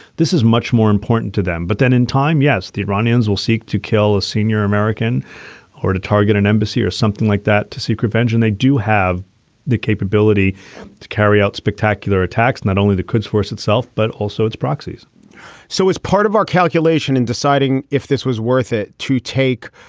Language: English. this is much more important to them. but then in time, yes, the iranians will seek to kill a senior american or to target an embassy or something like that to seek revenge. and they do have the capability to carry out spectacular attacks, not only the quds force itself, but also its proxies so as part of our calculation in deciding if this was worth it to take,